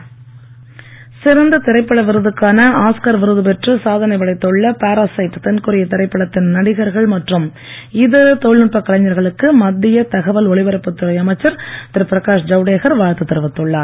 வாழ்த்து சிறந்த திரைப்பட விருதுக்கான ஆஸ்கார் விருது பெற்று சாதனை படைத்துள்ள பாரசைட் தென்கொரிய திரைப்படத்தின் நடிகர்கள் மற்றும் இதர தொழில்நுட்ப கலைஞர்களுக்கு மத்திய தகவல் ஒலிபரப்புத் துறை அமைச்சர் திரு பிரகாஸ் ஜவ்டேகர் வாழ்த்து தெரிவித்துள்ளார்